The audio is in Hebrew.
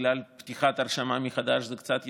עכשיו, בגלל פתיחת ההרשמה מחדש, זה קצת יידחה,